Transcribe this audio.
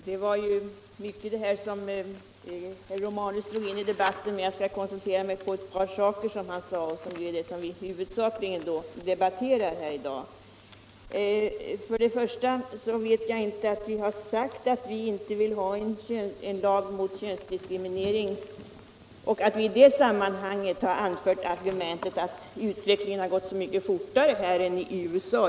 Herr talman! Det var mycket som herr Romanus drog in i debatten, men jag skall koncentrera mig på ett par saker, nämligen det som vi huvudsakligen bör debattera i dag. Vi har uttalat oss mot en lag mot könsdiskriminering men jag vet inte att vi i det sammanhanget anfört argumentet att utvecklingen gått så mycket fortare här än i USA.